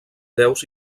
déus